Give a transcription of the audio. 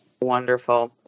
wonderful